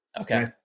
Okay